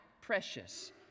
precious